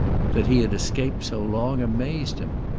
that he had escaped so long amazed him.